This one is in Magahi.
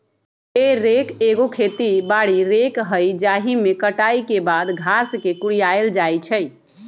हे रेक एगो खेती बारी रेक हइ जाहिमे कटाई के बाद घास के कुरियायल जाइ छइ